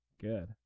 good